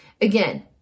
Again